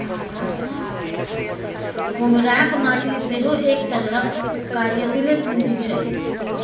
कुम्हराक माटि सेहो एक तरहक कार्यशीले पूंजी छै